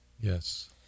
Yes